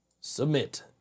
Submit